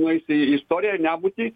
nueis į istoriją nebūtį